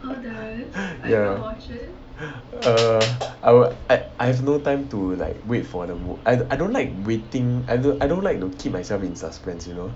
ya err I have no time to like wait for the I don't like waiting I I don't like to keep myself in suspense you know